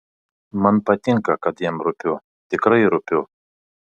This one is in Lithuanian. man patinka kad jam rūpiu tikrai rūpiu